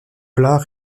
plat